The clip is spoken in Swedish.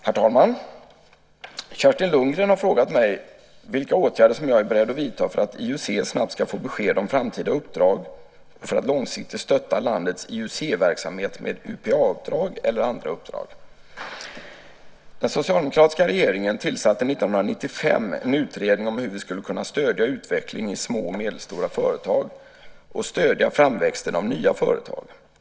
Herr talman! Kerstin Lundgren har frågat mig vilka åtgärder jag är beredd att vidta för att IUC snabbt ska få besked om framtida uppdrag och för att långsiktigt stötta landets IUC-verksamhet med UPA-uppdrag eller andra uppdrag. Den socialdemokratiska regeringen tillsatte 1995 en utredning om hur vi skulle kunna stödja utveckling i små och medelstora företag och stödja framväxten av nya företag.